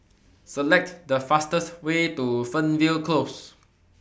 Select The fastest Way to Fernvale Close